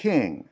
King